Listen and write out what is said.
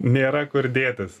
nėra kur dėtis